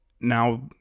Now